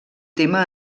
tema